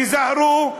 תיזהרו,